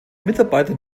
mitarbeiter